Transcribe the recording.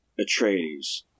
atreides